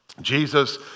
Jesus